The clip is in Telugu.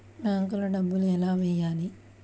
బ్యాంక్లో డబ్బులు ఎలా వెయ్యాలి?